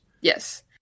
yes